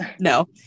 No